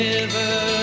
River